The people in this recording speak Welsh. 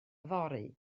yfory